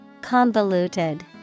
Convoluted